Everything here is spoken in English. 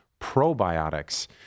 probiotics